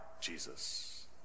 Jesus